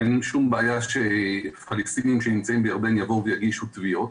אין שום בעיה שהפלסטינים שנמצאים בירדן יבואו ויגישו תביעות,